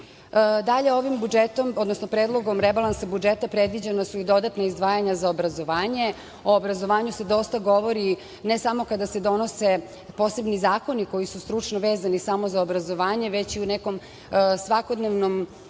ovim budžetom, odnosno Predlogom rebalansa budžeta predviđena su i dodatna izdvajanja za obrazovanje. O obrazovanju se dosta govori ne samo kada se donose posebni zakoni koji su stručno vezani samo za obrazovanje već i u nekom svakodnevnom životu.